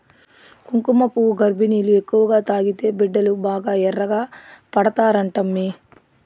కుంకుమపువ్వు గర్భిణీలు ఎక్కువగా తాగితే బిడ్డలు బాగా ఎర్రగా పడతారంటమ్మీ